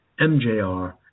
mjr